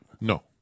No